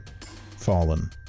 fallen